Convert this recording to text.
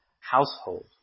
household